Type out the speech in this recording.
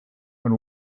when